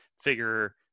figure